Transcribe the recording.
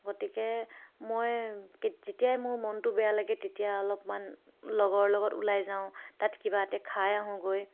গতিকে মই যেতিয়াই মোৰ মনটো বেয়া লাগে তেতিয়া অলপমান লগৰ লগত ওলাই যাওঁ তাত কিবা এটা খাই আহোঁগৈ